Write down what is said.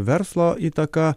verslo įtaka